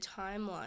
timeline